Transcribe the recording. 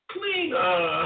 Cleaner